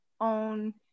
own